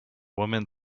woman